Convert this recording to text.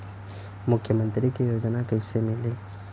मुख्यमंत्री के योजना कइसे मिली?